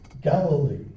Galilee